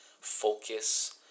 Focus